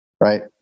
Right